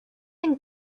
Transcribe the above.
and